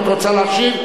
אם את רוצה להשיב,